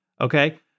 okay